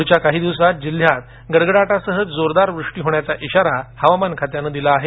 पुढच्या काही दिवसात जिल्हयात गडगडाटासह जोरदार पर्जन्य वृष्टी होण्याचा इशारा हवामान खात्यान दिला आहे